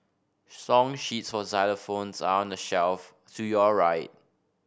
song sheets for xylophones are on the shelf to your right